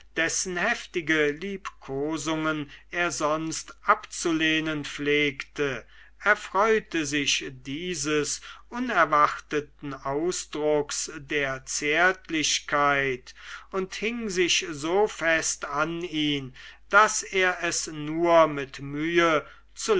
dessen heftige liebkosungen er sonst abzulehnen pflegte erfreute sich dieses unerwarteten ausdrucks der zärtlichkeit und hing sich so fest an ihn daß er es nur mit mühe